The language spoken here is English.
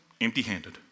empty-handed